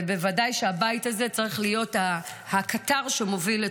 ובוודאי שהבית הזה צריך להיות הקטר שמוביל את